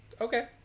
Okay